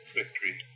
victory